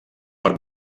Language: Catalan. per